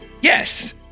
Yes